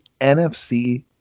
NFC